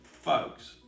folks